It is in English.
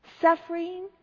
suffering